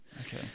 okay